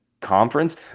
conference